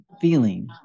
feeling